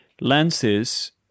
lenses